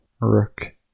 Rook